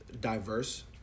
diverse